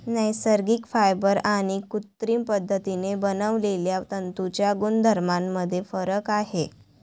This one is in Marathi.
नैसर्गिक फायबर आणि कृत्रिम पद्धतीने बनवलेल्या तंतूंच्या गुणधर्मांमध्ये फरक आहे